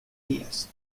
días